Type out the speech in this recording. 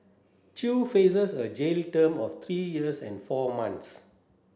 chew faces a jail term of three years and four months